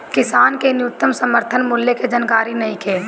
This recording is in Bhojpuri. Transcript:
किसान के न्यूनतम समर्थन मूल्य के जानकारी नईखे